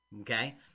Okay